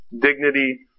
dignity